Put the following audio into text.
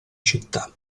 città